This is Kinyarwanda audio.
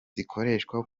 zikoreshwa